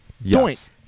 Yes